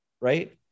Right